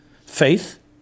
faith